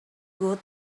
good